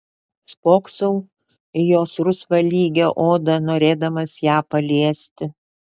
spoksau į jos rusvą lygią odą norėdamas ją paliesti